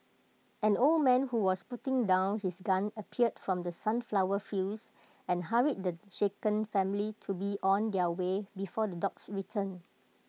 an old man who was putting down his gun appeared from the sunflower fields and hurried the shaken family to be on their way before the dogs return